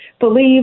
believe